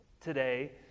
today